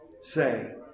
say